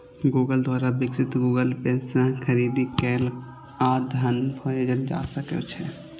Google द्वारा विकसित Google Pay सं खरीदारी कैल आ धन भेजल जा सकै छै